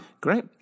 Great